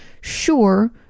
sure